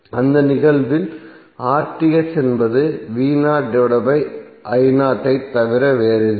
அந்த நிகழ்வில் என்பது ஐத் தவிர வேறில்லை